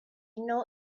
know